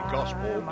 Gospel